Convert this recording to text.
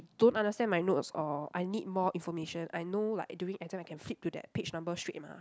don't understand my notes or I need more information I know like during exam I can flip to that page number straight mah